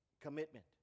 commitment